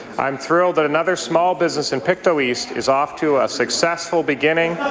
i'm thrilled that another small business in pictou east is off to a successful beginning,